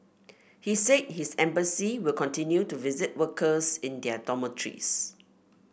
he said his embassy will continue to visit workers in their dormitories